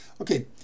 Okay